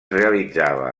realitzava